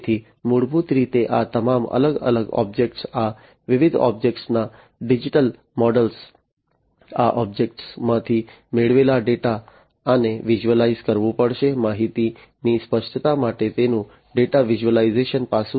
તેથી મૂળભૂત રીતે આ તમામ અલગ અલગ ઑબ્જેક્ટ્સ આ વિવિધ ઑબ્જેક્ટ્સના ડિજિટલ મૉડલ્સ આ ઑબ્જેક્ટ્સ માંથી મેળવેલા ડેટા આને વિઝ્યુઅલાઈઝ કરવું પડશે માહિતીની સ્પષ્ટતા માટે તેનું ડેટા વિઝ્યુલાઇઝેશન પાસું